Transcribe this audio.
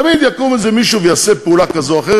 תמיד יקום איזה מישהו ויעשה פעולה כזאת או אחרת.